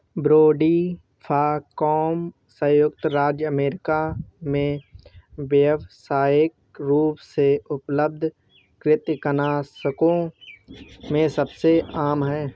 brodifacoum संयुक्त राज्य America में व्यावसायिक रूप से उपलब्ध कृंतकनाशकों में सबसे आम है